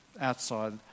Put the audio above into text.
outside